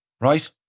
right